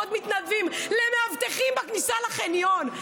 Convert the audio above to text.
לעוד מתנדבים, למאבטחים בכניסה לחניון.